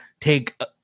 take